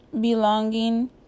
belonging